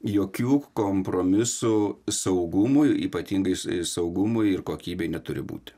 jokių kompromisų saugumui ypatingais saugumui ir kokybei neturi būti